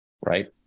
right